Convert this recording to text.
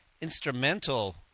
instrumental